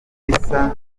producer